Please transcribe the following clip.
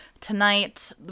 tonight